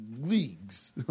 leagues